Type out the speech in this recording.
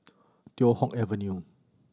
Teow Hock Avenue